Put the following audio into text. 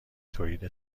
تولید